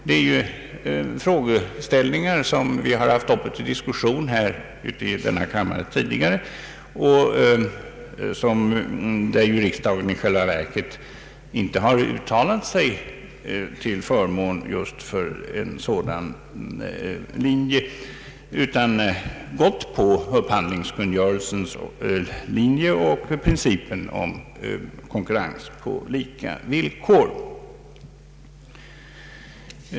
Det är frågeställningar som vi tidigare haft uppe till diskussion i denna kammare, och riksdagen har i själva verket inte uttalat sig till förmån just för en sådan linje utan förordat bestämmelserna i upphandlingskungörelsen och principen om konkurrens på lika villkor.